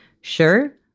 Sure